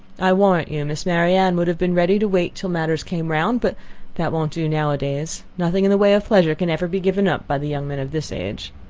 i warrant you, miss marianne would have been ready to wait till matters came round. but that won't do now-a-days nothing in the way of pleasure can ever be given up by the young men of this age.